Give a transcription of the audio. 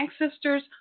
ancestors